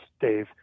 Dave